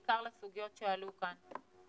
בעיקר לסוגיות שעלו כאן,